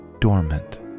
dormant